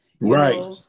right